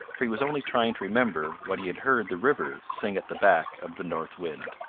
for he was only trying to remember what he had heard the river sing at the back of the north wind.